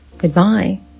Goodbye